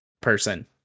person